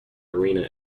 arena